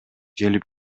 келип